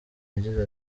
yagize